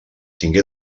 tingué